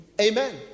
amen